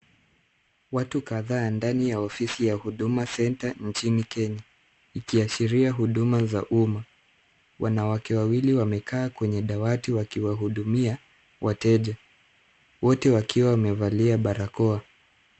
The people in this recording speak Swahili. Watu kadhaa ndani ya ofisi ya Huduma Centre nchini Kenya, ikiashiria huduma za umma. Wanawake wawili wamekaa kwenye dawati wakiwahudumia wateja. Wote wakiwa wamevalia barakoa.